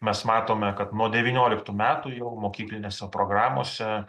mes matome kad nuo devynioliktų metų jau mokyklinėse programose